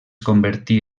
convertí